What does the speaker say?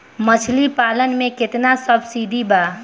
मछली पालन मे केतना सबसिडी बा?